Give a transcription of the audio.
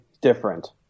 different